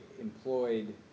employed